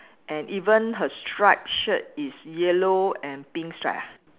and even her striped shirt is yellow and pink stripe ah